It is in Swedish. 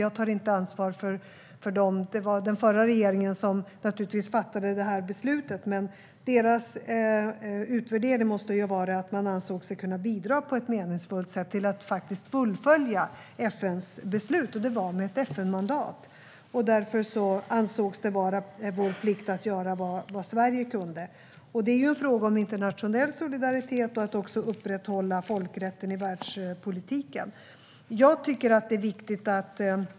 Jag tar inte ansvar för beslutet, för det var den förra regeringen som fattade det, men deras utvärdering måste ju ha varit att man ansåg sig kunna bidra på ett meningsfullt sätt till att fullfölja FN:s beslut. Det var med ett FN-mandat, och därför ansågs det vara Sveriges plikt att göra vad vi kunde. Det var en fråga om internationell solidaritet och att upprätthålla folkrätten i världspolitiken.